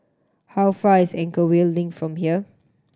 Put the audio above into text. how far is Anchorvale Link from here